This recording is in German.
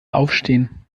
aufstehen